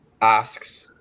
asks